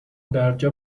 درجا